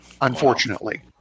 unfortunately